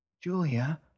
Julia